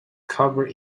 covered